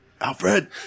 Alfred